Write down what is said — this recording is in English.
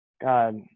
god